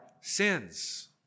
sins